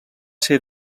ser